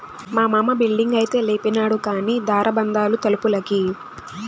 మా మామ బిల్డింగైతే లేపినాడు కానీ దార బందాలు తలుపులకి